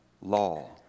law